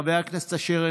חבר הכנסת אשר,